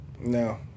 no